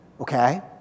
okay